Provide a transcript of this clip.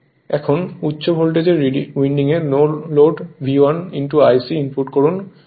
এখন উচ্চ ভোল্টেজের উইন্ডিং এ no load V1 I c input করুন